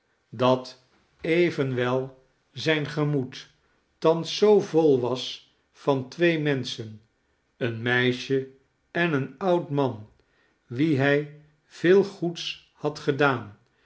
dat even wel zijn gemoed thans zoo vol was van twee menschen een meisje en een oud man wien hij veel goeds had gedaan